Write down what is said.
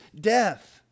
death